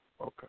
okay